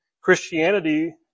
Christianity